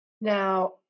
Now